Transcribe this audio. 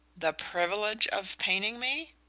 the privilege of painting me?